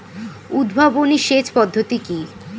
উদ্ভাবনী সেচ পদ্ধতি কি?